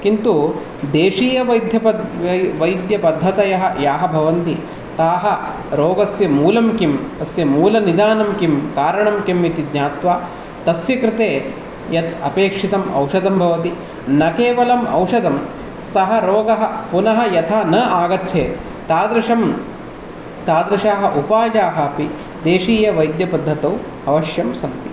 किन्तु देशीयवैध्यपद् वैद्यपद्धतयः याः भवन्ति ताः रोगस्य मूलं किम् तस्य मूलनिदानं किम् कारणं किमिति ज्ञात्वा तस्य कृते यत् अपेक्षितम् औषधं भवति न केवलमौषधं सः रोगः पुनः यथा न आगच्छेत् तादृशं तादृशाः उपायाः अपि देशीयवैद्यपद्धतौ अवश्यं सन्ति